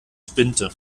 spinde